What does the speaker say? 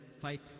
fight